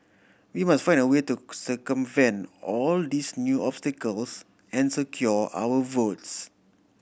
we must find a way to circumvent all these new obstacles and secure our votes